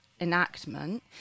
enactment